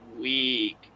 week